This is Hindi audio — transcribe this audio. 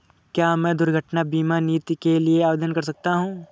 क्या मैं दुर्घटना बीमा नीति के लिए आवेदन कर सकता हूँ?